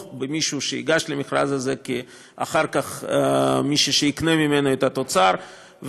במישהו שייגש למכרז הזה ואחר כך מישהו שיקנה ממנו את התוצר,